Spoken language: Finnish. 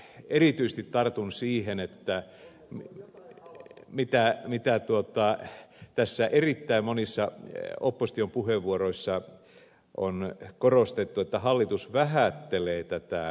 siksi erityisesti tartun siihen mitä tässä erittäin monissa opposition puheenvuoroissa on korostettu että hallitus vähättelee tätä talouden murrosta